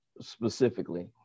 specifically